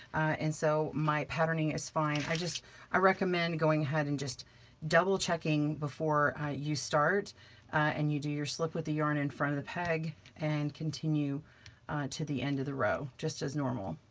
and so my patterning is fine. i ah recommend going ahead and just double checking before you start and you do your slip with the yarn in front of the peg and continue to the end of the row just as normal,